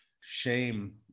shame